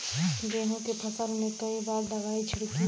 गेहूँ के फसल मे कई बार दवाई छिड़की?